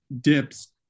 dips